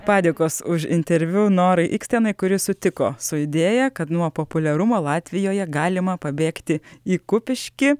padėkos už interviu norai ikstenai kuris sutiko su idėja kad nuo populiarumo latvijoje galima pabėgti į kupiškį